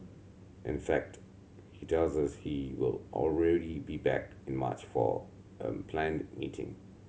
in fact he tells us he will already be back in March for a planned meeting